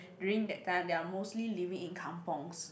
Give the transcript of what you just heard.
during that time they are mostly living in kampungs